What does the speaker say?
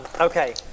Okay